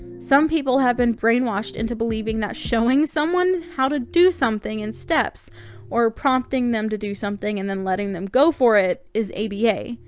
some people have been brainwashed into believing that showing someone how to do something in steps or prompting them to do something and then letting them go for it is aba.